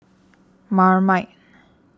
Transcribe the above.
Marmite